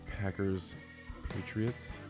Packers-Patriots